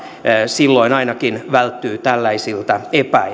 silloin ainakin välttyy tällaisilta epäilyiltä